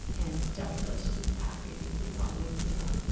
and steph says she's happy we do what we do